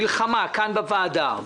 מלחמה כאן בוועדה,